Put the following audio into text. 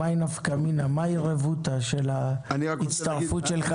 מאי נפקא מינה, מה הרבותא של ההצטרפות שלך